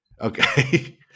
Okay